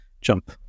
jump